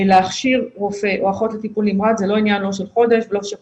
להכשיר רופא או אחות לטיפול נמרץ זה לא עניין של חודש או של חודשיים.